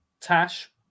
Tash